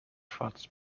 schwarz